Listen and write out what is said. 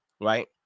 right